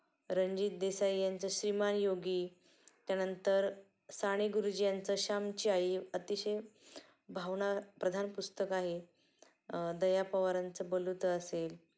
रणजीत देसाई यांचं श्रीमान योगी त्यानंतर साने गुरुजी यांंचं श्यामची आई अतिशय भावना प्रधान पुस्तक आहे दया पवारांचं बलूतं असेल